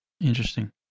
Interesting